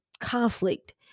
conflict